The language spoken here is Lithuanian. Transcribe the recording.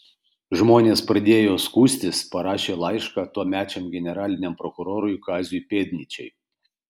žmonės pradėjo skųstis parašė laišką tuomečiam generaliniam prokurorui kaziui pėdnyčiai